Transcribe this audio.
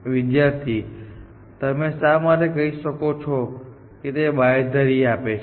વિદ્યાર્થી તમે શા માટે કહી શકો છો કે તે બાંયધરી આપે છે